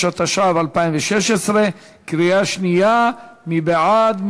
175), התשע"ו 2016, קריאה שנייה, מי בעד?